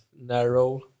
narrow